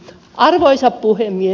arvoisa puhemies